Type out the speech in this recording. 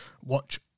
Watch